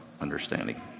understanding